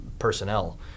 personnel